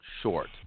short